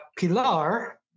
Pilar